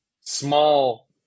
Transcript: small